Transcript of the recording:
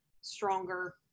stronger